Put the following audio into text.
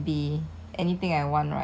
entrepreneur